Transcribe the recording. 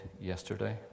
yesterday